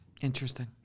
Interesting